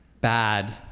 bad